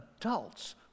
adults